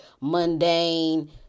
mundane